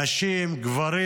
נשים, גברים.